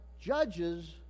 judges